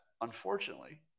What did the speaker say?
unfortunately